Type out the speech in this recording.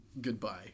goodbye